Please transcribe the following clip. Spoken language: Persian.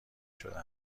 شده